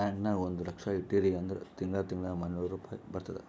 bank ನಾಗ್ ಒಂದ್ ಲಕ್ಷ ಇಟ್ಟಿರಿ ಅಂದುರ್ ತಿಂಗಳಾ ತಿಂಗಳಾ ಮೂನ್ನೂರ್ ರುಪಾಯಿ ಬರ್ತುದ್